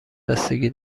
بستگی